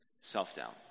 Self-doubt